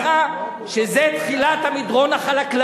ואני אומר לו: תדע לך שזאת תחילת המדרון החלקלק.